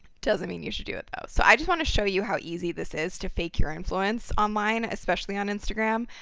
doesn't mean you should do it though. so, i just want to show you how easy this is to fake your influence online, especially on instagram.